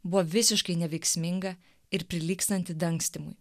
buvo visiškai neveiksminga ir prilygstanti dangstymui